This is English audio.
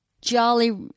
Jolly